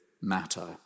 matter